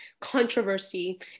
controversy